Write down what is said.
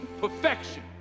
perfection